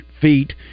feet